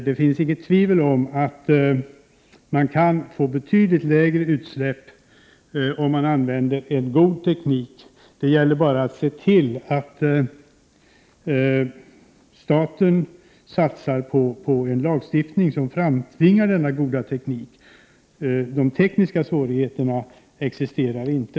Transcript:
Det råder inget tvivel om att utsläppen blir betydligt mindre om en god teknik används. Det gäller bara att se till att staten satsar på en lagstiftning som framtvingar en god teknik. Några tekniska svårigheter existerar inte.